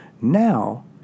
now